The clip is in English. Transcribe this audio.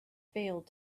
failed